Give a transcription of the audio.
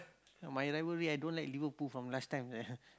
my rivalry I don't like Liverpool from last time